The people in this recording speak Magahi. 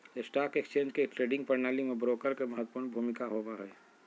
स्टॉक एक्सचेंज के ट्रेडिंग प्रणाली में ब्रोकर के महत्वपूर्ण भूमिका होबा हई